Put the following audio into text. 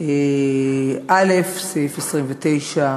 כאמור סעיף 29(א)